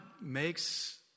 makes